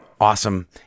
awesome